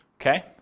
okay